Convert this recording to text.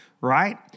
Right